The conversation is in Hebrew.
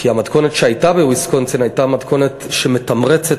כי המתכונת שהייתה בוויסקונסין הייתה מתכונת שמתמרצת